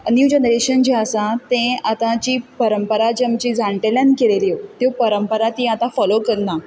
हें new generation जें आसा तें आतांची परंपरा जी आमची जाणटेल्यांन खेळयल्यो त्यो परंपरा तीं आतां फोलो करनात